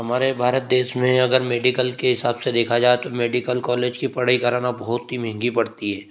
हमारे भारत देश में अगर मेडिकल के हिसाब से देखा जाए तो मेडिकल कॉलेज की पढ़ाई करना बहुत ही महंगी पड़ती है